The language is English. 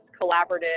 collaborative